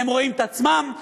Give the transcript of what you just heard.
הם רואים את עצמם,